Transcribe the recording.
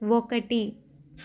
ఒకటి